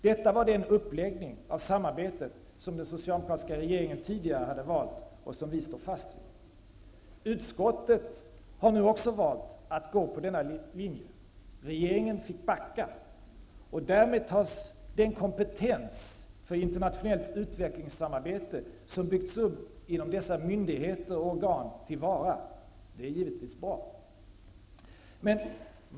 Detta var den uppläggning av samarbetet som den socialdemokratiska regeringen tidigare hade valt och som vi står fast vid. Utskottet har nu också valt att gå på denna linje. Regeringen fick backa. Därmed tas den kompetens för internationellt utvecklingssamarbete som byggts upp inom dessa myndigheter och organ till vara. Det är givetvis bra.